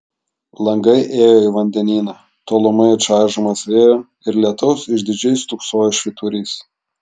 langai ėjo į vandenyną tolumoje čaižomas vėjo ir lietaus išdidžiai stūksojo švyturys